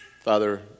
Father